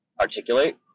articulate